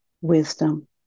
wisdom